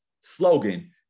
slogan